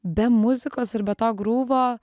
be muzikos ir be to grūvo